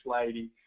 lady